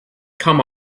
come